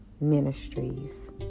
Ministries